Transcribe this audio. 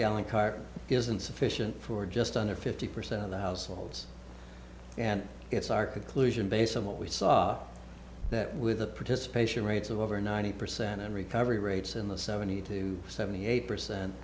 gallon car is insufficient for just under fifty percent of the households and it's our conclusion based on what we saw that with the participation rates of over ninety percent and recovery rates in the seventy two seventy eight percent